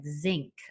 zinc